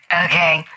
okay